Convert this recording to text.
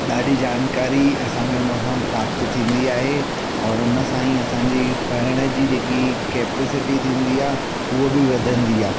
ॾाढी जानकारी असांखे उनसां प्राप्त थींदी आहे और उनसां ई असांजी पढ़ण जी जेकी केपिसिटी थींदी आहे हूअ बि वधंदी आहे